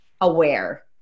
aware